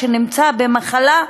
במצב של מחלה,